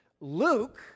Luke